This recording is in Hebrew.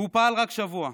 והוא פעל רק שבוע.